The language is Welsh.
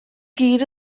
gyd